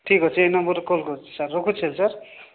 ଠିକ୍ ଅଛି ଏଇ ନମ୍ବର୍ରେ କଲ୍ କରୁଛି ସାର୍ ରଖୁଛି ହେଲେ ସାର୍